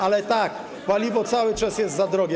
Ale tak, paliwo cały czas jest za drogie.